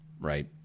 right